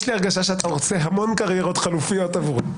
יש לי הרגשה שאתה רוצה המון קריירות חלופיות עבורי.